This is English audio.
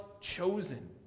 chosen